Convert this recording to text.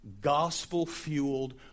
gospel-fueled